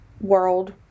world